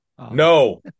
No